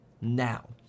now